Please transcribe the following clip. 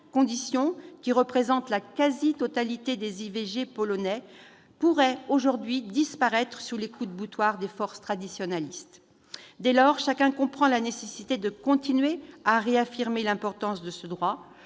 de figure, qui correspond à la quasi-totalité des IVG polonaises, pourrait aujourd'hui disparaître sous les coups de boutoir des forces traditionalistes. Dès lors, chacun comprend la nécessité de continuer à réaffirmer l'importance de ce droit.